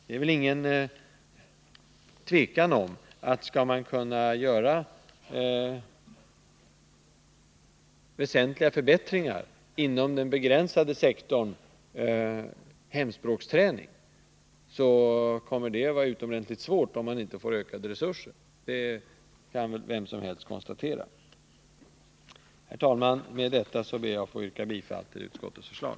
Det råder inget tvivel om att det måste vara utomordentligt svårt att göra väsentliga förbättringar inom den begränsade sektorn hemspråksträning, om man inte får ökade resurser. Det kan vem som helst konstatera. Herr talman! Med detta ber jag att få yrka bifall till utskottets förslag.